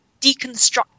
deconstruct